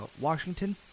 Washington